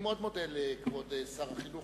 אני מאוד מודה לשר החינוך,